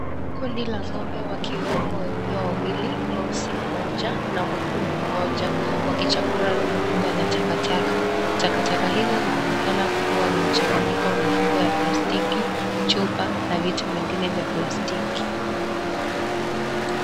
Kundi la ngombe wakiwemo weupe wawili, mweusi mmoja na mwekundu mmoja wakichakura rundo kubwa la takataka, takataka hizo zinaonekana kuwa ni mchanganyiko wa mifuko ya plastiki, chupa na vitu vingine vya plastiki.